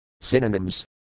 Synonyms